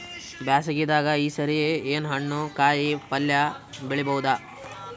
ಬ್ಯಾಸಗಿ ದಾಗ ಈ ಸರಿ ಏನ್ ಹಣ್ಣು, ಕಾಯಿ ಪಲ್ಯ ಬೆಳಿ ಬಹುದ?